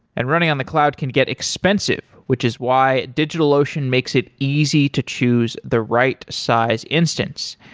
and running on the cloud can get expensive, which is why digitalocean makes it easy to choose the right size instance.